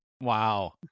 Wow